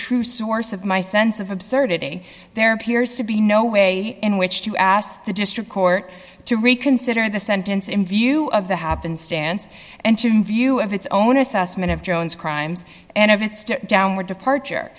true source of my sense of absurdity there appears to be no way in which to ask the district court to reconsider the sentence in view of the happenstance and to view of its own assessment of jones crimes and of its downward departure